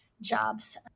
jobs